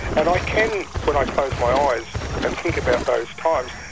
and i can, when i close my eyes and think about those times,